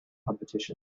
competition